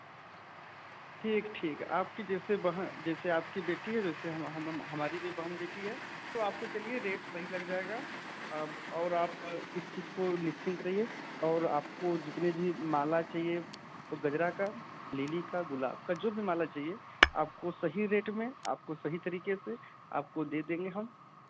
ठीक ठीक आपकी जैसे बहन जैसे आपकी बेटी है वैसे हमारी भी बहन बेटी है तो आपको चलिए रेट सही लग जाएगा अब और आप प उस चीज़ को निश्चिंत रहिए और आपको जितनी भी माला चाहिए गजरा का लिली का गुलाब का जो भी माला चाहिए आपको सही रेट में आपको सही तरीके से आपको दे देंगे हम